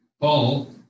Paul